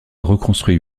reconstruit